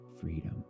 Freedom